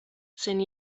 syn